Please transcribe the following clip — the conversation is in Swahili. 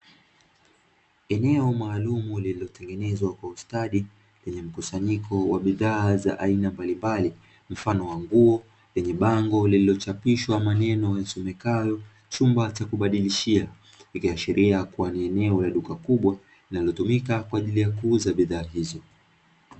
Eneo maalumu lililotengenezwa kwa ustadi, lenye mkusanyiko wa bidhaa za aina mbalimbali mfano wa nguo, lenye bango lililochapishwa maneno yasomekayo chumba cha kubadilishia, ikiashiria kuwa ni eneo la duka kubwa linalotumika kwa ajili ya kuuza bidhaa hizo.